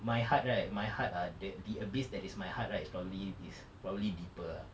my heart right my heart ah the the abyss that is my heart right is probably is probably deeper ah